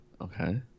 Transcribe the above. Okay